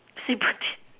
see bout it